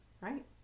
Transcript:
Right